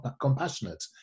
compassionate